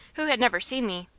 who had never seen me,